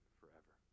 forever